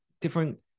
different